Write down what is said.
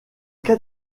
cas